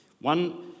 One